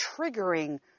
triggering